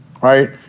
right